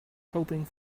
hoping